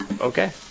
Okay